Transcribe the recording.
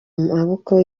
maboko